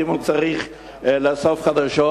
ואם הוא צריך לאסוף חדשות.